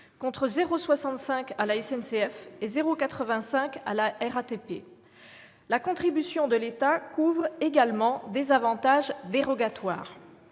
contre 0,65 à la SNCF et 0,85 à la RATP. La contribution de l'État couvre également des avantages dérogatoires.